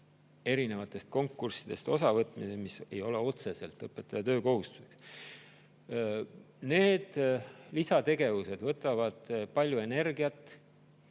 erinevatest konkurssidest osavõtmisest, mis ei ole otseselt õpetaja töökohustused. Need lisategevused võtavad palju energiat,